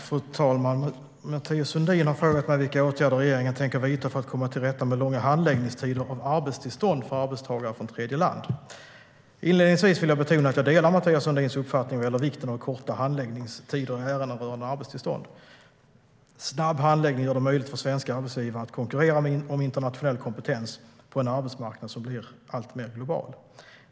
Fru talman! Mathias Sundin har frågat mig vilka åtgärder regeringen tänker vidta för att komma till rätta med långa handläggningstider av arbetstillstånd för arbetstagare från tredjeland. Inledningsvis vill jag betona att jag delar Mathias Sundins uppfattning vad gäller vikten av korta handläggningstider i ärenden rörande arbetstillstånd. Snabb handläggning gör det möjligt för svenska arbetsgivare att konkurrera om internationell kompetens på en arbetsmarknad som blir alltmer global.